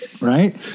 Right